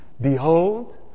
Behold